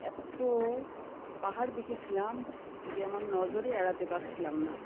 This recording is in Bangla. এত্ত পাহাড় দেখেছিলাম যে আমার নজরেই এড়াতে পারছিলাম না